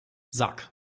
sag